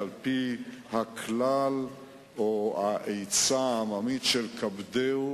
על-פי מה שקורה פה היום,